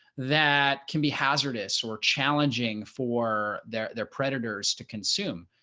that can be hazardous or challenging for their their predators to consume.